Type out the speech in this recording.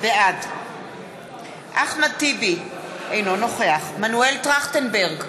בעד אחמד טיבי, אינו נוכח מנואל טרכטנברג,